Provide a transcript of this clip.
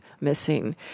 missing